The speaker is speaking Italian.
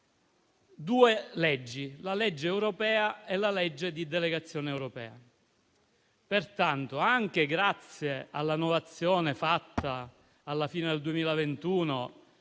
due leggi: la legge europea e la legge di delegazione europea. Pertanto, anche grazie all'innovazione apportata alla fine del 2021,